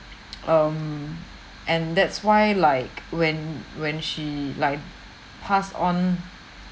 um and that's why like when when she like passed on